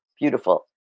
beautiful